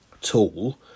tool